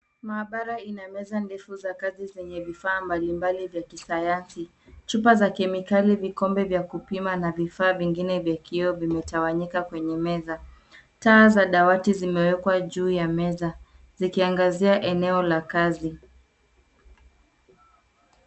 Maabara ina meza ndefu za kazii zenye rufaa mbalimbali vya kisayansi. Chupa za kemikali, vikombe vya kupima na vifaa vingine vya kioo vimetawanyika kwenye meza. Taa za dawati zimewekwa juu ya meza zikiangazia eneo la kazi.